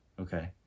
Okay